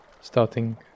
starting